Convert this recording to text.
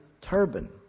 turban